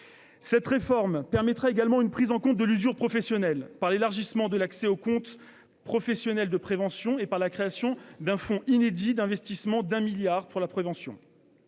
Cette réforme permettra également une prise en compte de l'usure professionnelle, par l'élargissement de l'accès au compte professionnel de prévention et par la création d'un fonds d'investissement dans la prévention